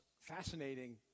fascinating